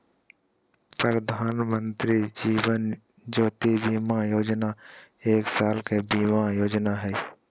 प्रधानमंत्री जीवन ज्योति बीमा योजना एक साल के बीमा योजना हइ